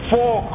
Four